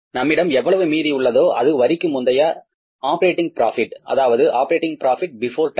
நம்மிடம் எவ்வளவு மீதி உள்ளதோ அது வரிக்கு முந்தைய ஆப்பரேட்டிங் ப்ராபிட் ஆகும் அது 61320